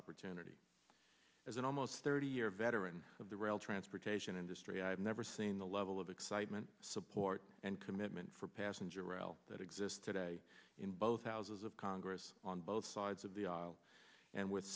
opportunity as an almost thirty year veteran of the rail transportation industry i have never seen the level of excitement support and commitment for passenger rail that exists today in both houses of congress on both sides of the aisle and with